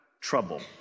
trouble